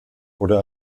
oder